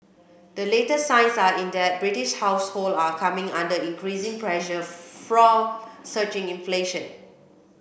the latest signs are in that British household are coming under increasing pressure from surging inflation